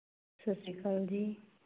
ਸਤਿ ਸ਼੍ਰੀ ਅਕਾਲ ਜੀ